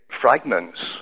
fragments